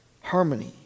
harmony